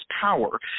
power